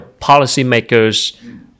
Policymakers